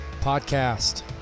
podcast